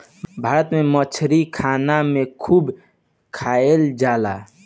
भारत में मछरी खाना में खूब खाएल जाला